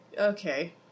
okay